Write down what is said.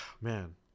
man